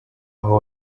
aho